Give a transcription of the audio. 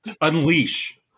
unleash